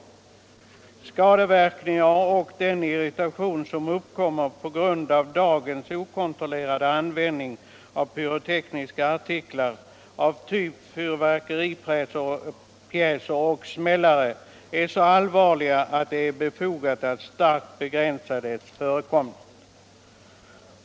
De skadeverkningar och den irritation som uppkommer på grund av dagens okontrollerade användning av pyrotekniska artiklar av typ fyrverkeripjäser och smällare är så allvarliga att det är befogat att starkt begränsa deras förekomst.